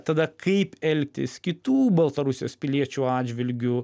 tada kaip elgtis kitų baltarusijos piliečių atžvilgiu